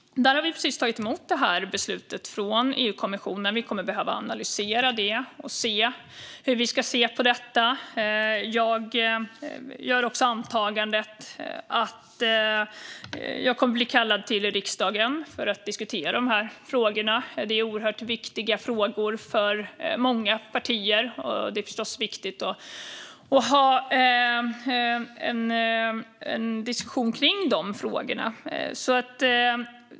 Vi har precis tagit emot beslutet från EU-kommissionen. Vi kommer att behöva analysera det och komma fram till hur vi ska se på detta. Jag gör också antagandet att jag kommer att bli kallad till riksdagen för att diskutera de här frågorna. Det är oerhört viktiga frågor för många partier, och det är förstås viktigt att ha en diskussion kring dem.